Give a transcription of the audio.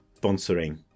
sponsoring